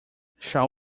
shall